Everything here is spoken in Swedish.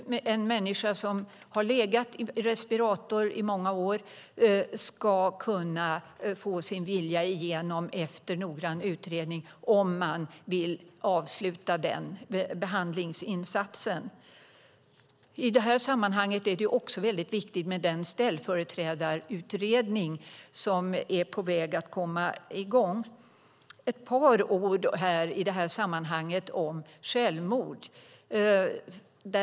En människa som har legat i respirator i många år ska efter noggrann utredning kunna få sin vilja igenom om man vill avsluta den behandlingsinsatsen. I det här sammanhanget är det också väldigt viktigt med den ställföreträdarutredning som är på väg att komma i gång. I det sammanhanget vill jag bara säga ett par ord om självmord.